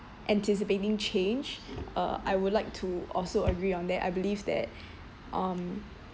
anticipating change uh I would like to also agree on that I believe that um